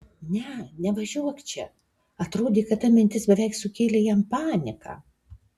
ne nevažiuok čia atrodė kad ta mintis beveik sukėlė jam paniką